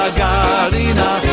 galina